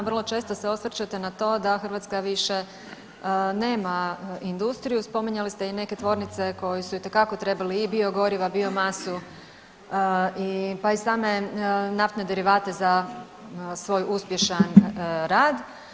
Vrlo često se osvrćete na to da Hrvatska više nema industriju, spominjali ste i neke tvornice koje su itekako trebali i biogoriva, biomasu, pa i same naftne derivate za svoj uspješan rad.